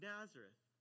Nazareth